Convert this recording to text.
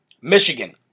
Michigan